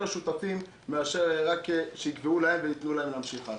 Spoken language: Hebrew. שותפים מאשר רק שיקבעו להם ויתנו להם להמשיך הלאה.